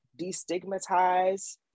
destigmatize